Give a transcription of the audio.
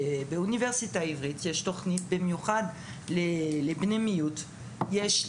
שבאוניברסיטה העברית יש תוכנית במיוחד לבני מיעוטים.